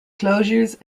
closures